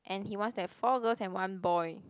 and he wants to have four girls and one boy